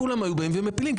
כולם היו באים ומפילים,